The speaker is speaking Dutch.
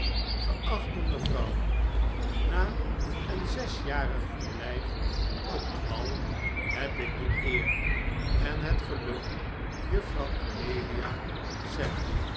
geachte mevrouw na een zesjarig verblijf op de mall heb ik de eer en het geluk juffrouw amelia